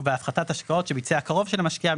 ובהפחתת השקעות שביצע קרו של המשקיע,